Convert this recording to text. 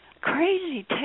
crazy